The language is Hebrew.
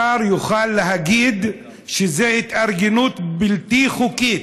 השר יוכל להגיד שזה התארגנות בלתי חוקית,